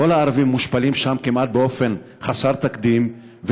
כל הערבים מושפלים שם כמעט באופן חסר תקדים,